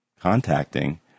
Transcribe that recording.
contacting